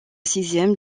sixième